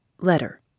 Letter